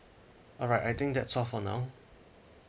alright I think that's all for now